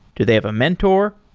do they have a mentor?